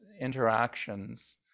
interactions